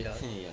hmm ya